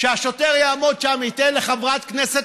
שהשוטר יעמוד שם וייתן לחברת כנסת,